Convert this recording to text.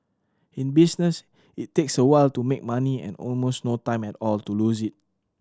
in business it takes a while to make money and almost no time at all to lose it